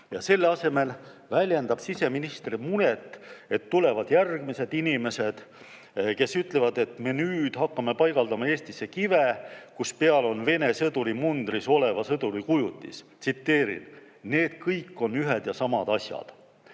Selle asemel väljendab siseminister muret, et tulevad järgmised inimesed, kes ütlevad, et me nüüd hakkame paigaldama Eestisse kive, kus peal on Vene sõduri mundris oleva sõduri kujutis. Tsiteerin: "Need kõik on ühed ja samad asjad."